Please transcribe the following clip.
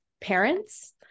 parents